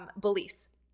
beliefs